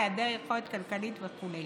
היעדר יכולת כלכלית וכו'.